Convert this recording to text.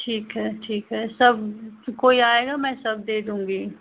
ठीक है ठीक है सब कोई आएगा मैं सब दे दूँगी